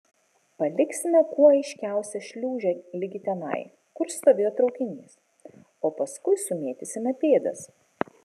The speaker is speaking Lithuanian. paliksime kuo aiškiausią šliūžę ligi tenai kur stovėjo traukinys o paskui sumėtysime pėdas